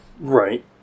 Right